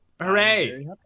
Hooray